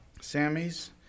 Sammy's